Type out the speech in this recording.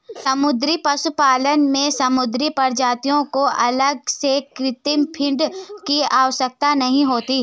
समुद्री पशुपालन में समुद्री प्रजातियों को अलग से कृत्रिम फ़ीड की आवश्यकता नहीं होती